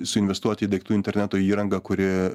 suinvestuot į daiktų interneto įrangą kuri